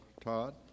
Todd